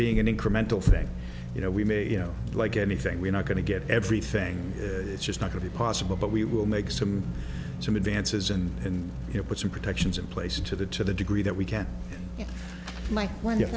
being an incremental thing you know we may you know like anything we're not going to get everything it's just not going to be possible but we will make some some advances and you know put some protections in place to the to the degree that we can't like when you